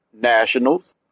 Nationals